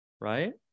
right